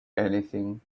anything